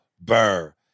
Burr